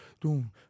doom